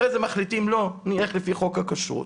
ואחרי זה מחליטים ללכת לפי חוק הכשרות.